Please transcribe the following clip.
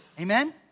Amen